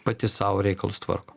pati sau reikalus tvarko